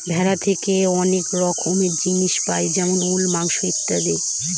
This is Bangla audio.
ভেড়া থেকে অনেক রকমের জিনিস পাই যেমন উল, মাংস ইত্যাদি